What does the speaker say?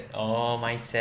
oh mindset